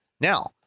now